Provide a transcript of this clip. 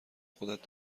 خودت